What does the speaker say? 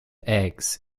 eggs